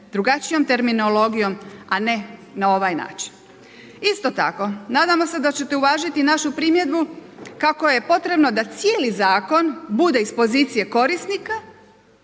drugačijom terminologijom, a ne na ovaj način. Isto tako nadamo se da ćete uvažiti našu primjedbu kako je potrebno da cijeli zakon bude iz pozicije korisnika